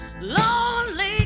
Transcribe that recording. lonely